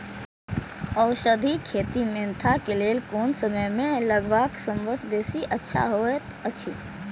औषधि खेती मेंथा के लेल कोन समय में लगवाक सबसँ बेसी अच्छा होयत अछि?